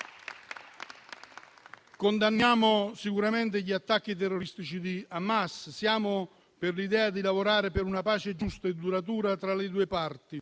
Condanniamo sicuramente gli attacchi terroristici di Hamas; siamo dell'idea di lavorare per una pace giusta e duratura tra le due parti,